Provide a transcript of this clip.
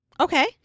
Okay